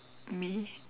me